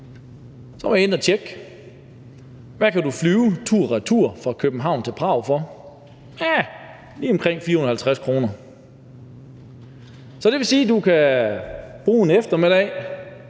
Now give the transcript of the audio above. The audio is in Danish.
Så var jeg inde at tjekke, hvad du kan flyve tur-retur fra København til Prag for, og det er lige omkring 450 kr. Det vil sige, at du kan bruge en eftermiddag